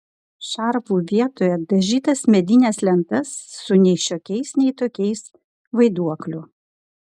šarvu vietoje dažytas medines lentas su nei šiokiais nei tokiais vaiduokliu